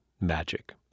magic